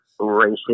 racist